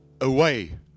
away